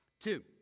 Two